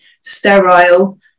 sterile